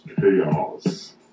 Chaos